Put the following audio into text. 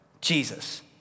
Jesus